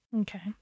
Okay